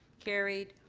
carried.